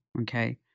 okay